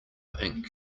ink